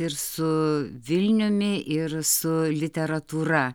ir su vilniumi ir su literatūra